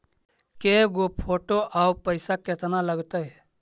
के गो फोटो औ पैसा केतना लगतै?